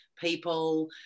people